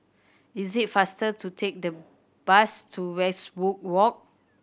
is it faster to take the bus to Westwood Walk